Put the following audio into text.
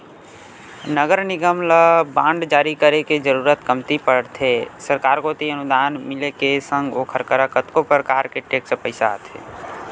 नगर निगम ल बांड जारी करे के जरुरत कमती पड़थे सरकार कोती अनुदान मिले के संग ओखर करा कतको परकार के टेक्स पइसा आथे